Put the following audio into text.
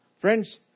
Friends